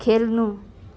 खेल्नु